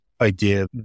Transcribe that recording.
idea